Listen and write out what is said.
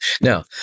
now